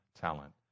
talent